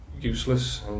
useless